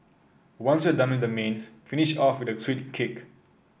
once you're done with the mains finish off with a sweet kick